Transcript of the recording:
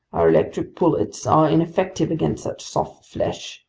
our electric bullets are ineffective against such soft flesh,